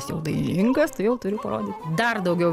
tas jau dainininkas tai jau turi parodyt dar daugiau